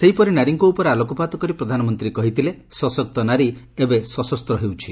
ସେହିପରି ନାରୀଙ୍ ଉପରେ ଆଲୋକପାତ କରି ପ୍ରଧାନମନ୍ତୀ କହିଥିଲେ ସଶକ୍ତ ନାରୀ ଏବେ ସଶସ୍ଚ ହେଉଛି